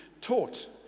taught